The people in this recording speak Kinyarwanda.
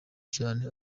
cyane